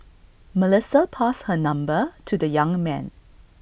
Melissa passed her number to the young man